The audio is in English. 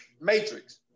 Matrix